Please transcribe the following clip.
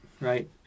right